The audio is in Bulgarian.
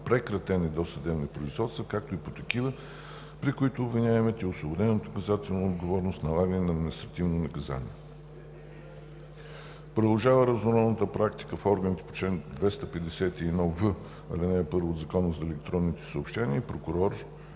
прекратени досъдебни производства, както и по такива, при които обвиняемият е освободен от наказателна отговорност с налагане на административно наказание. Продължава разнородната практиката в органите по чл. 251в, ал. 1 от Закона за електронните съобщения в прокуратурите